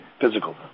physical